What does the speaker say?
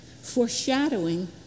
foreshadowing